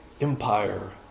empire